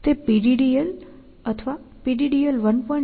તે PDDL અથવા PDDL 1